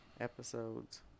episodes